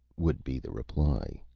would be the reply.